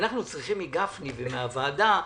אנחנו צריכים מגפני ומהוועדה משהו.